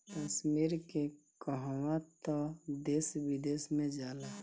कश्मीर के कहवा तअ देश विदेश में जाला